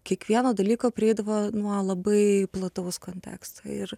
kiekvieno dalyko prieidavo nuo labai plataus konteksto ir